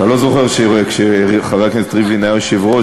אתה לא זוכר שכשחבר הכנסת ריבלין היה יושב-ראש,